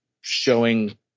showing